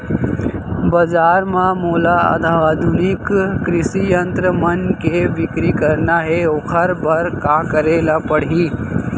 बजार म मोला आधुनिक कृषि यंत्र मन के बिक्री करना हे ओखर बर का करे ल पड़ही?